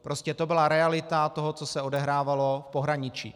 Prostě to byla realita toho, co se odehrávalo v pohraničí.